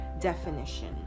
definition